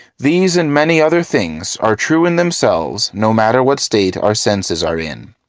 these and many other things. are true in themselves no matter what state our senses are in.